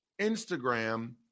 Instagram